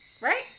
Right